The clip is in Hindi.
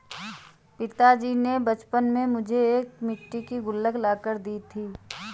पिताजी ने बचपन में मुझको एक मिट्टी की गुल्लक ला कर दी थी